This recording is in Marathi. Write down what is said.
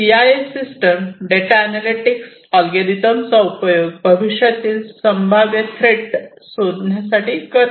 सिआय ए सिस्टम डेटा अनॅलिटिक्स ऍलगोरिदमचा उपयोग भविष्यातील संभाव्य थ्रेट शोधण्यासाठी करते